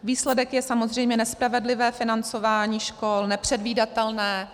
Výsledek je samozřejmě nespravedlivé financování škol, nepředvídatelné.